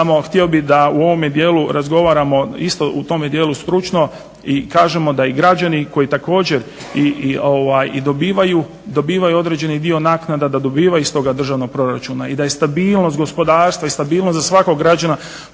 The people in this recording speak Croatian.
htio bih da u ovome dijelu razgovaramo isto u tom dijelu stručno i kažemo da i građani koji također i dobivaju određeni dio naknada, da dobivaju iz toga državnog proračuna i da je stabilnost gospodarstva i stabilnost za svakog građana